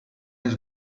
his